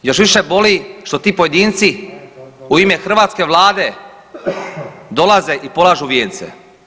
Još više boli što ti pojedinci u ime hrvatske Vlade dolaze i polažu vijence.